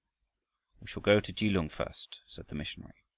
shall go to kelung first, said the missionary.